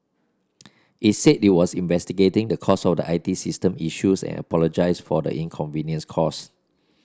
it said it was investigating the cause of the I T system issues and apologised for the inconvenience cause